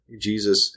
Jesus